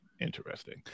interesting